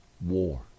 war